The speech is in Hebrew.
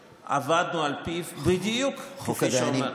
עבדנו על פיו בדיוק כפי שהוא אומר.